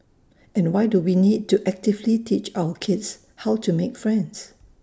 and why do we need to actively teach our kids how to make friends